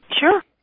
Sure